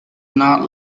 not